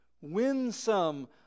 winsome